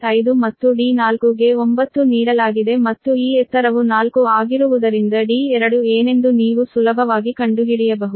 5 ಮತ್ತು d4 ಗೆ 9 ನೀಡಲಾಗಿದೆ ಮತ್ತು ಈ ಎತ್ತರವು 4 ಆಗಿರುವುದರಿಂದ d2 ಏನೆಂದು ನೀವು ಸುಲಭವಾಗಿ ಕಂಡುಹಿಡಿಯಬಹುದು